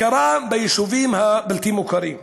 הכרה ביישובים הבלתי-מוכרים: